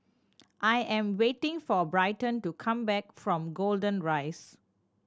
I am waiting for Bryton to come back from Golden Rise